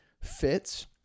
fits